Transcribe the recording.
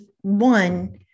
one